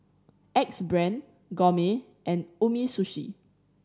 Axe Brand Gourmet and Umisushi